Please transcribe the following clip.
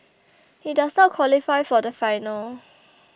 he does not qualify for the final